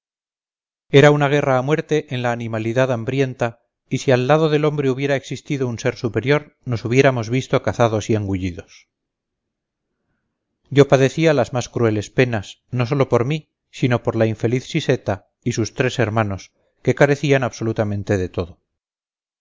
era una guerra a muerte en la animalidad hambrienta y si al lado del hombre hubiera existido un ser superior nos hubiéramos visto cazados y engullidos yo padecía las más crueles penas no sólo por mí sino por la infeliz siseta y sus tres hermanos que carecían absolutamente de todo